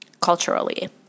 culturally